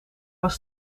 was